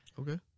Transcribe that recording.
okay